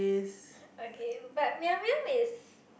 okay but Miam-Miam is